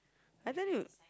I tell you